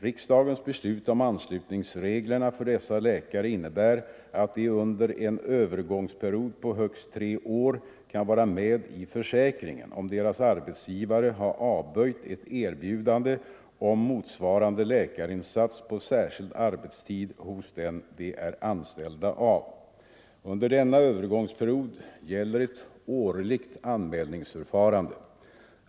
Riksdagens beslut om anslutningsreglerna för dessa läkare innebär att de under en övergångsperiod på högst tre år kan vara med i försäkringen om deras arbetsgivare har avböjt ett erbjudande om mot svarande läkarinsats på särskild arbetstid hos den de är anställda av. Under denna övergångsperiod gäller ett årligt anmälningsförfarande.